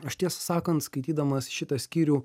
aš tiesą sakant skaitydamas šitą skyrių